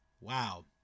Wow